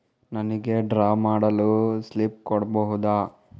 ನನಿಗೆ ಡ್ರಾ ಮಾಡಲು ಸ್ಲಿಪ್ ಕೊಡ್ಬಹುದಾ?